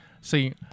See